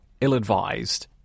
ill-advised